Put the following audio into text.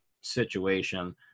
situation